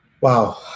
Wow